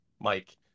Mike